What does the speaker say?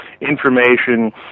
information